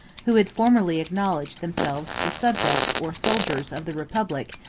who had formerly acknowledged themselves the subjects, or soldiers, of the republic,